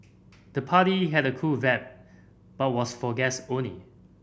the party had a cool vibe but was for guest only